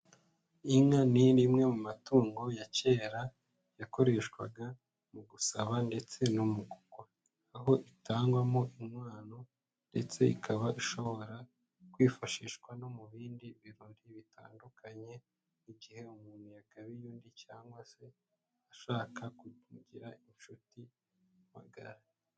Inka ni bimwe mu matungo ya kera, yakoreshwaga mu gusaba ndetse no mu gukwa, aho itangwamo inkwano, ndetse ikaba ishobora kwifashishwa no mu bindi birori bitandukanye, igihe umuntu yagabiye undi, cyangwa se ashaka ku mugira inshuti magara.